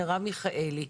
מרב מיכאלי,